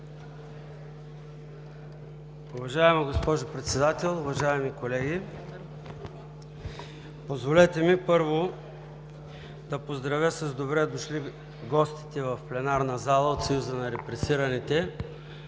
Уважаема госпожо Председател, уважаеми колеги! Позволете ми първо да поздравя с „добре дошли“ в пленарната зала гостите от Съюза на репресираните!